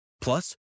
Plus